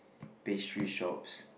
pastry shops